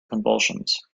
convulsions